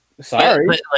sorry